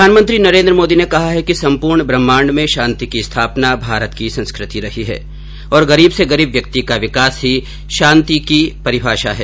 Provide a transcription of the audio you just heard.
प्रधानमंत्री नरेन्द्र मोदी ने कहा है कि संपूर्ण ब्रह्माण्ड में शांति की स्थापना भारत की संस्कृति रही है और गरीब से गरीब व्यक्ति का विकास ही शांति का प्रतीक है